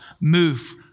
move